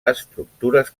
estructures